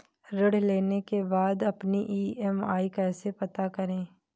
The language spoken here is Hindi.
ऋण लेने के बाद अपनी ई.एम.आई कैसे पता करें?